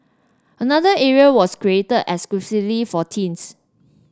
another area was created exclusively for teens